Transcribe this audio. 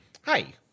Hi